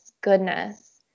goodness